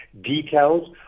details